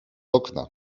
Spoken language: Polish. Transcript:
okna